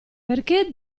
perché